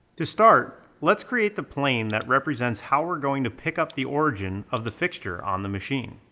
to start, let's create the plane that represents how we're going to pick up the origin of the fixture on the machine.